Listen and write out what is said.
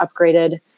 upgraded